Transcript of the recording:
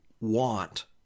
want